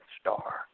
star